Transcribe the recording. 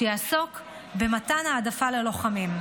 שיעסוק במתן העדפה ללוחמים.